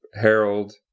Harold